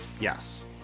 Yes